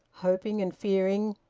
hoping and fearing,